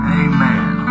amen